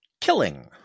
Killing